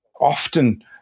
often